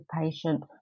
patient